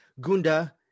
Gunda